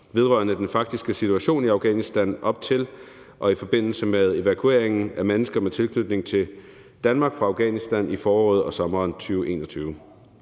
vedrørende den faktiske situation i Afghanistan op til og i forbindelse med evakueringen af mennesker med tilknytning til Danmark fra Afghanistan i foråret og sommeren 2021.